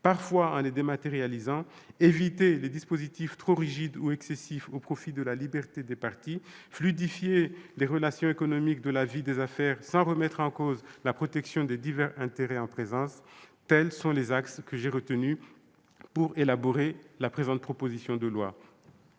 parfois en les dématérialisant, éviter les dispositifs trop rigides ou excessifs au profit de la liberté des parties, fluidifier les relations économiques et la vie des affaires sans remettre en cause la protection des divers intérêts en présence : tels sont les axes que j'ai retenus pour élaborer la proposition de loi.